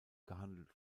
gehandelt